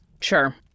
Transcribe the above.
Sure